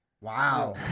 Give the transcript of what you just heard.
Wow